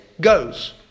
goes